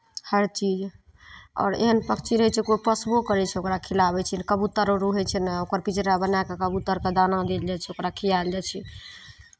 हर चीज आओर एहन पक्षी रहै छै कोइ पोसबो करै छै ओकरा खिलाबै छै कबूतर अर उड़ै छै ने ओकर पिंजरा बना कऽ कबूतरके दाना देल जाइ छै ओकरा खिआयल जाइ छै